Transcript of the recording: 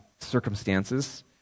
circumstances